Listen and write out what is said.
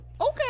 okay